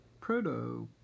proto